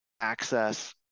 access